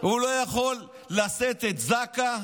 הוא לא יכול לשאת את זק"א?